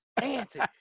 Dancing